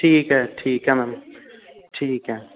ਠੀਕ ਹੈ ਠੀਕ ਹੈ ਮੈਮ ਠੀਕ ਹੈ